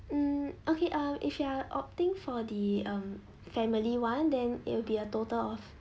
mm okay uh if you are opting for the mm family one then it will be a total of